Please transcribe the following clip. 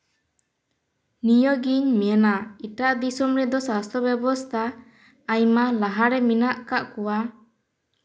ᱱᱤᱭᱟᱹ ᱜᱤᱧ ᱢᱮᱱᱟ ᱮᱴᱟᱜ ᱫᱤᱥᱚᱢ ᱨᱮᱫᱚ ᱥᱟᱥᱛᱷᱚ ᱵᱮᱵᱚᱥᱛᱷᱟ ᱟᱭᱢᱟ ᱞᱟᱦᱟ ᱨᱮ ᱢᱮᱱᱟᱜ ᱠᱟᱜ ᱠᱚᱣᱟ